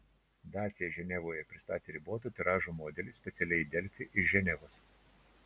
dacia ženevoje pristatė riboto tiražo modelį specialiai delfi iš ženevos